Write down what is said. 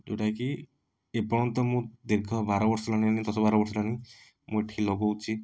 ଯେଉଁଟା କି ଏପର୍ଯ୍ୟନ୍ତ ମୁଁ ଦୀର୍ଘ ବାରବର୍ଷ ହେଲାଣି ଦଶ ବାରବର୍ଷ ହେଲାଣି ମୁଁ ଏଠି ଲଗାଉଛି